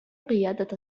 قيادة